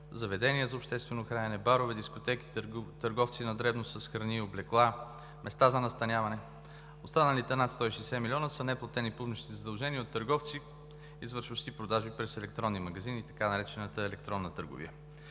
заведения за обществено хранене, барове, дискотеки, търговци на дребно с храни и облекла, места за настаняване. Останалите над 160 млн. лв. са неплатени публични задължения от търговци, извършващи продажби през електронни магазини, така наречената „електронна търговия“.